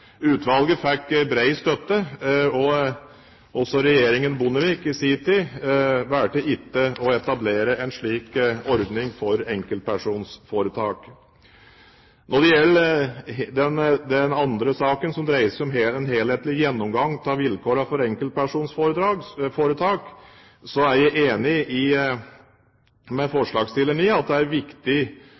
Utvalget fikk bred støtte, og heller ikke regjeringen Bondevik valgte i sin tid å etablere en slik ordning for enkeltpersonforetak. Når det gjelder den andre saken, som dreier seg om en helhetlig gjennomgang av vilkårene for enkeltpersonforetak, er jeg enig med forslagsstillerne i at det er selvsagt viktig